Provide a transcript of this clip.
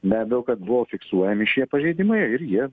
be abejo kad buvo fiksuojami šie pažeidimai ir jie